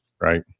Right